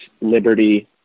liberty